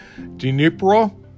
Dnipro